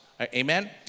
Amen